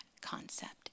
concept